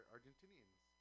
Argentinians